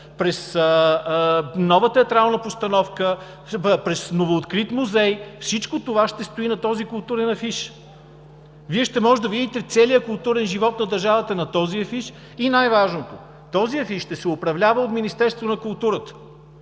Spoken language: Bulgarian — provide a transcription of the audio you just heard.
през нова театрална постановка, през новооткрит музей – всичко това ще стои на този културен афиш. Вие ще можете да видите целия културен живот на държавата на този афиш. И, най-важното – този афиш ще се управлява от Министерството на културата.